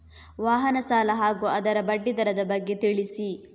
ವಾಹನ ಸಾಲ ಹಾಗೂ ಅದರ ಬಡ್ಡಿ ದರದ ಬಗ್ಗೆ ತಿಳಿಸಿ?